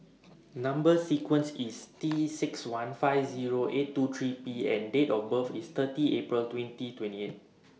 Number sequence IS T six one five Zero eight two three P and Date of birth IS thirty April twenty twenty eight